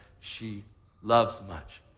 she loves much.